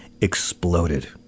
exploded